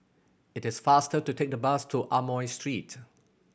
it is faster to take the bus to Amoy Street